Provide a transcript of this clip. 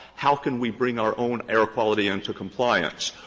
how can we bring our own air quality into compliance?